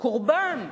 הקורבן,